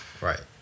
Right